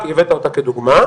כי הבאת אותה כדוגמה,